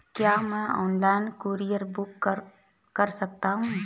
क्या मैं online courier book कर सकता हूँ?